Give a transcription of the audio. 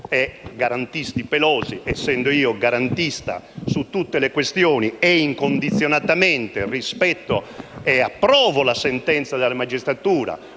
e garantisti pelosi, ed essendo io garantista su tutte le questioni e incondizionatamente, rispetto e approvo la sentenza della magistratura,